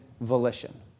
volition